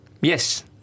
Yes